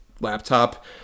laptop